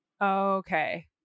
Okay